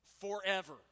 forever